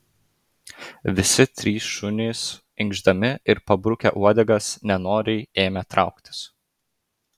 visi trys šunys inkšdami ir pabrukę uodegas nenoriai ėmė trauktis